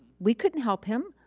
we couldn't help him,